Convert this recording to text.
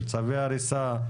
של צווי הריסה,